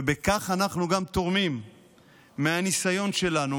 ובכך אנחנו גם תורמים מהניסיון שלנו,